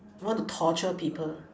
want to torture people